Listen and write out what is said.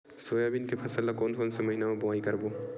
Soybean के फसल ल कोन कौन से महीना म बोआई करबो?